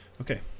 Okay